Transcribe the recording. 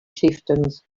chieftains